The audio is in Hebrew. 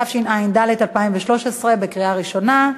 התשע"ד 2013, קריאה ראשונה.